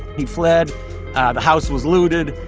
he fled. the house was looted.